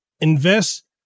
invest